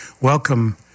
welcome